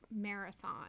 marathon